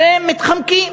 ומתחמקים.